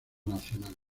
nacional